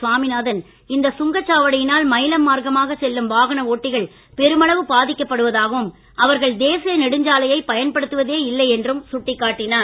சாமிநாதன் இந்த சுங்கச்சாவடியினால் மயிலம் மார்க்கமாக செல்லும் வாகன ஓட்டிகள் பெருமளவு பாதிக்கப்படுவதாகவும் அவர்கள் தேசிய நெடுஞ்சாலையை பயன்படுத்துவதே இல்லை என்றும் சுட்டிக்காட்டினார்